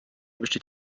besteht